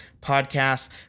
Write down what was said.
podcasts